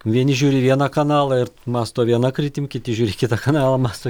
vieni žiūri vieną kanalą ir mąsto viena kryptim kiti žiūri į kitą kanalą mąsto